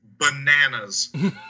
bananas